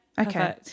Okay